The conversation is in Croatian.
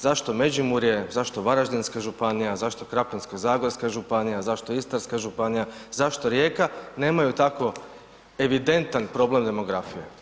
Zašto Međimurje, zašto Varaždinska županija, zašto Krapinsko-zagorska županija, zašto Istarska županija, zašto Rijeka nemaju tako evidentan problem demografije?